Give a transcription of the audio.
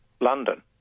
London